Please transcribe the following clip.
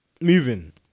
moving